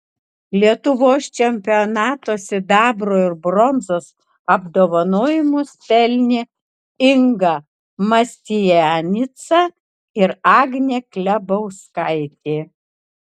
lietuvos čempionato sidabro ir bronzos apdovanojimus pelnė inga mastianica ir agnė klebauskaitė